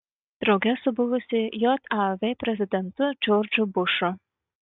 drauge su buvusiu jav prezidentu džordžu bušu